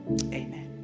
amen